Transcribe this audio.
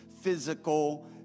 physical